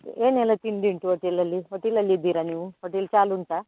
ಏ ಏನೆಲ್ಲ ತಿಂಡಿ ಉಂಟು ಓಟೆಲಲ್ಲಿ ಹೋಟೆಲಲ್ಲಿ ಇದ್ದೀರ ನೀವು ಓಟೆಲ್ ಚಾಲು ಉಂಟಾ